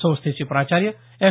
संस्थेचे प्राचार्य एफ